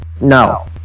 No